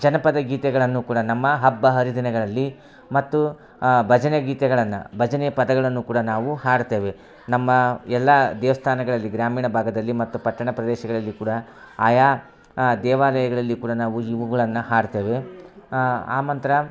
ಜನಪದ ಗೀತೆಗಳನ್ನು ಕೂಡ ನಮ್ಮ ಹಬ್ಬ ಹರಿದಿನಗಳಲ್ಲಿ ಮತ್ತು ಭಜನೆ ಗೀತೆಗಳನ್ನು ಭಜನೆ ಪದಗಳನ್ನು ಕೂಡ ನಾವು ಹಾಡ್ತೇವೆ ನಮ್ಮ ಎಲ್ಲ ದೇವಸ್ಥಾನಗಳಲ್ಲಿ ಗ್ರಾಮೀಣ ಭಾಗದಲ್ಲಿ ಮತ್ತು ಪಟ್ಟಣ ಪ್ರದೇಶಗಳಲ್ಲಿ ಕೂಡ ಆಯಾ ದೇವಾಲಯಗಳಲ್ಲಿ ಕೂಡ ನಾವು ಇವುಗಳನ್ನು ಹಾಡ್ತೇವೆ ಆನಂತ್ರ